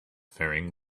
faring